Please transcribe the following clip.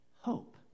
hope